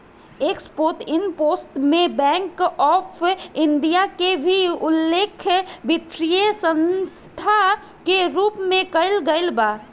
export import में bank of India के भी उल्लेख वित्तीय संस्था के रूप में कईल गईल बा